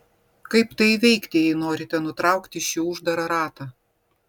kaip tai įveikti jei norite nutraukti šį uždarą ratą